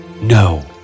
No